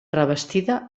revestida